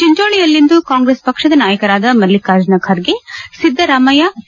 ಚಿಂಚೋಳಿಯಲ್ಲಿಂದು Congress ಪಕ್ಷದ ನಾಯಕರಾದ Mallikarjuna Kharge Siddaramaiah C